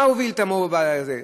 מה הוביל את ה"מובילאיי" הזה?